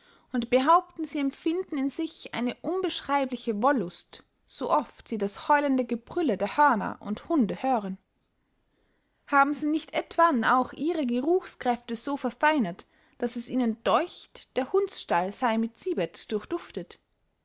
und behaupten sie empfinden in sich eine unbeschreibliche wollust so oft sie das heulende gebrülle der hörner und hunde hören haben sie nicht etwann auch ihre geruchskräfte so verfeinert daß es ihnen deucht der hundsstall sey mit